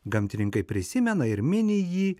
gamtininkai prisimena ir mini jį